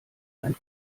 ein